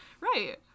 Right